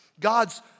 God's